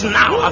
now